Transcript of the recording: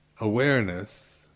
awareness